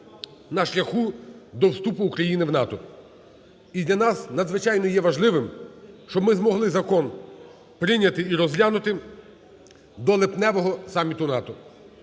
на шляху до вступу України в НАТО. І для нас надзвичайно є важливим, щоб ми змогли закон прийняти і розглянути до липневого саміту НАТО.